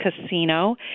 Casino